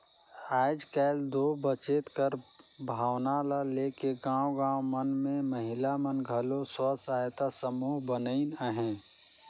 आएज काएल दो बचेत कर भावना ल लेके गाँव गाँव मन में महिला मन घलो स्व सहायता समूह बनाइन अहें